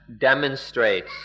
demonstrates